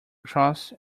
crossed